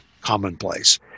commonplace